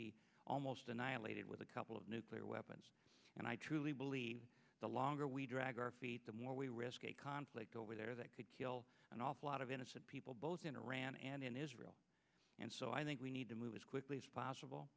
be almost annihilated with a couple of nuclear weapons and i truly believe the longer we drag our feet the more we risk a conflict over there that could kill an awful lot of innocent people both in iran and in israel and so i think we need to move as quickly as possible